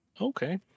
okay